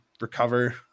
recover